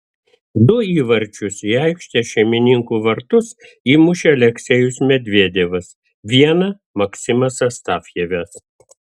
du įvarčius į aikštės šeimininkų vartus įmušė aleksejus medvedevas vieną maksimas astafjevas